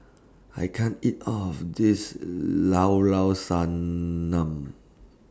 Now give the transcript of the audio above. I can't eat All of This Llao Llao Sanum